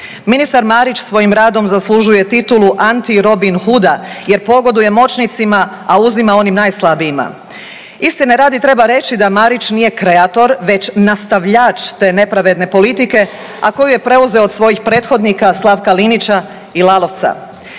Ministar Marić svojim radom zaslužuje titulu anti Robin Hooda jer pogoduje moćnicima, a uzima onim najslabijima. Istine radi, treba reći da Marić nije kreator, već nastavljač te nepravedne politike a koju je preuzeo od svojih prethodnika Slavka Linića i Lalovca.